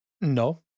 No